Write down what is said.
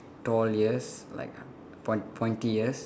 tall ears like point pointy ears